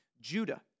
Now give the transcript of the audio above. Judah